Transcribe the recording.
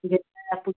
जितना आप